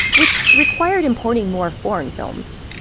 which required importing more foreign films.